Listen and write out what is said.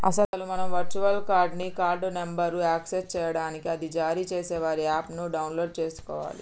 అసలు మనం virtual card ని కార్డు నెంబర్ను యాక్సెస్ చేయడానికి అది జారీ చేసే వారి యాప్ ను డౌన్లోడ్ చేసుకోవాలి